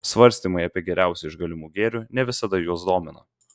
svarstymai apie geriausią iš galimų gėrių ne visada juos domina